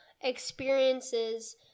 experiences